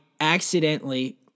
accidentally